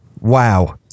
wow